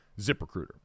ZipRecruiter